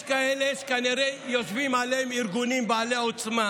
יש כאלה שכנראה יושבים עליהם ארגונים בעלי עוצמה,